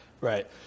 Right